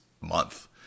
month